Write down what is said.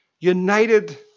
united